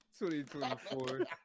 2024